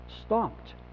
stopped